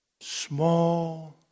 small